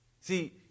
See